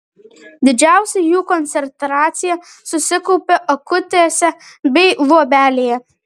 didžiausia jų koncentracija susikaupia akutėse bei luobelėje